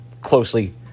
closely